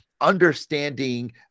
understanding